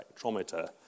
spectrometer